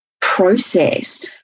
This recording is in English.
process